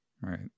right